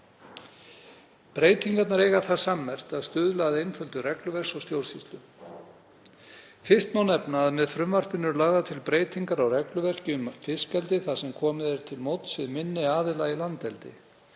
Breytingarnar eiga það sammerkt að stuðla að einföldun regluverks og stjórnsýslu. Fyrst má nefna að með frumvarpinu eru lagðar til breytingar á regluverki um fiskeldi þar sem komið er til móts við minni aðila í landeldi.